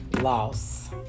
loss